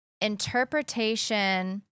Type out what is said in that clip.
interpretation